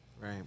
right